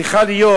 צריכה להיות